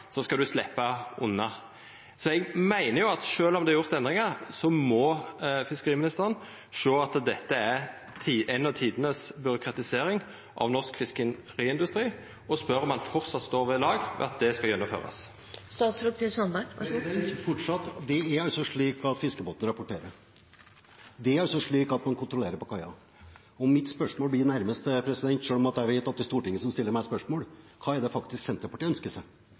skal ein sleppa unna. Eg meiner at sjølv om det er gjort endringar, må fiskeriministeren sjå at dette er ei av tidenes byråkratiseringar av norsk fiskeindustri, og eg spør om det framleis står ved lag at det skal gjennomførast. Det er fortsatt slik at fiskebåten rapporterer. Det er slik at man kontrollerer på kaia. Og mitt spørsmål blir nærmest – selv om jeg vet at det er Stortinget som stiller meg spørsmål: Hva er det Senterpartiet faktisk ønsker seg?